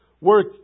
work